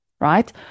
right